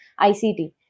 ICT